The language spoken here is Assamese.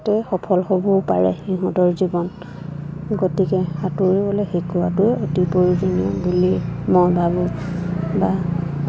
তে সফল হ'বও পাৰে সিহঁতৰ জীৱন গতিকে সাঁতুৰিবলৈ শিকোৱটোৱে অতি প্ৰয়োজনীয় বুলি মই ভাবোঁ বা